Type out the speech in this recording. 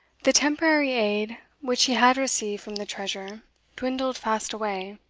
the temporary aid which he had received from the treasure dwindled fast away.